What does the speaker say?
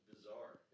Bizarre